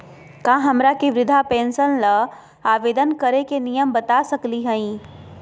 का हमरा के वृद्धा पेंसन ल आवेदन करे के नियम बता सकली हई?